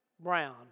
Brown